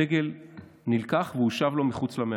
הדגל נלקח והושב לו מחוץ למערה.